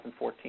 2014